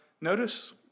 notice